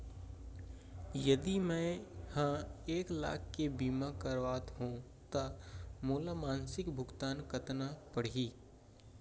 यदि मैं ह एक लाख के बीमा करवात हो त मोला मासिक भुगतान कतना पड़ही?